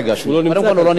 כרגע הוא לא נמצא.